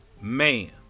Man